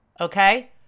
Okay